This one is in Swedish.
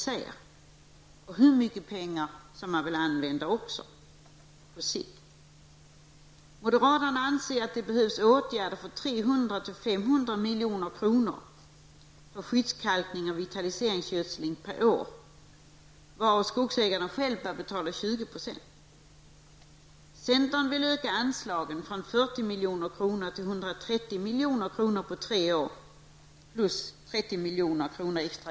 Detsamma gäller hur mycket pengar som skall användas på sikt. 500 milj.kr. per år för skyddskalkning och vitaliseringsgödsling, varav skogsägarna själva bör betala 20 %. Centern vill öka anslagen från 40 milj.kr. till 130 milj.kr. på tre år plus 30 milj.kr.